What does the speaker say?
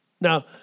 Now